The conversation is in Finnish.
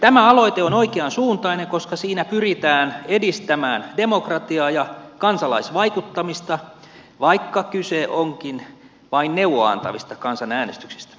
tämä aloite on oikeansuuntainen koska siinä pyritään edistämään demokratiaa ja kansalaisvaikuttamista vaikka kyse onkin vain neuvoa antavista kansanäänestyksistä